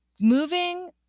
moving